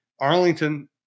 Arlington